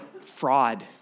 fraud